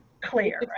clear